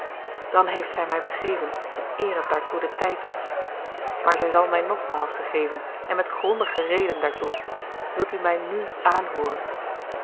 dan heeft zij mij vergeven eer het daartoe de tijd was maar zij zal mij nogmaals vergeven en met grondiger reden daartoe wilt u mij nu aanhooren